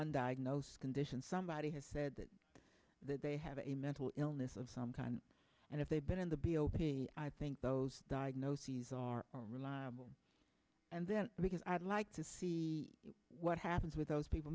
on diagnosis condition somebody has said that they have a mental illness of some kind and if they've been in the b o p i think those diagnoses are reliable and then because i'd like to see what happens with those people